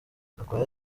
gakwaya